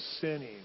sinning